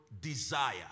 desire